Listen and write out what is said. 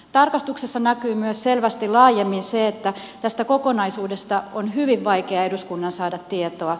tarkastuksessa näkyy myös selvästi laajemmin se että tästä kokonaisuudesta on hyvin vaikea eduskunnan saada tietoa